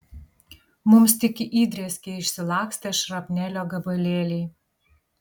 mums tik įdrėskė išsilakstę šrapnelio gabalėliai